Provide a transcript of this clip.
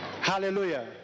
Hallelujah